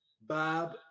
Bob